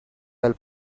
del